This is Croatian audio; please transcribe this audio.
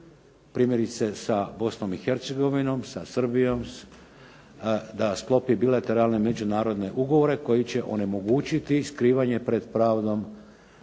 primjerice sa Bosnom i Hercegovinom, sa Srbijom, da sklopi bilateralne međunarodne ugovore koji će onemogućiti skrivanje pred pravdom